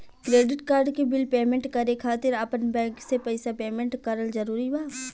Credit card के bill payment करे खातिर आपन बैंक से पईसा पेमेंट करल जरूरी बा?